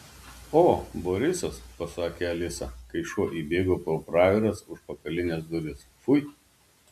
o borisas pasakė alisa kai šuo įbėgo pro praviras užpakalines duris fui